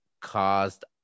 caused